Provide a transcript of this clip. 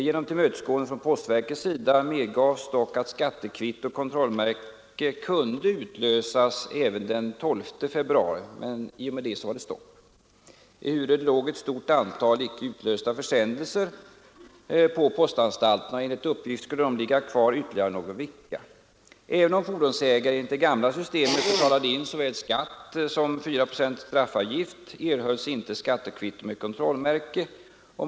Genom tillmötesgående från postverkets sida medgavs dock att skattekvitto och kontrollmärke kunde utlösas även den 12 februari. Men i och med det var det stopp — ehuru ett stort antal icke utlösta försändelser låg på postanstalterna. Enligt uppgift skulle de ligga kvar ytterligare någon vecka. Även om fordonsägare — enligt det gamla systemet — nu betalade in såväl skatt som 4 procents straffavgift erhölls inte skattekvitto med kontrollmärke.